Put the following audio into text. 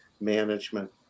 management